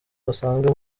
basanzwe